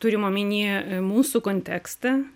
turim omeny mūsų kontekstą